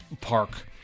park